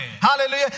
hallelujah